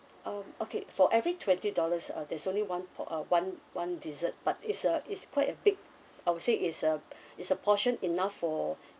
um okay for every twenty dollars uh there's only one po~ uh one one dessert but is a is quite a big I would say is a is a portion enough for